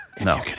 No